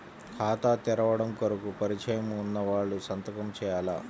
ఖాతా తెరవడం కొరకు పరిచయము వున్నవాళ్లు సంతకము చేయాలా?